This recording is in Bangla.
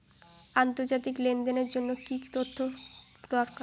আন্তর্জাতিক লেনদেনের জন্য কি কি তথ্য দরকার?